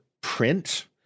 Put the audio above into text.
print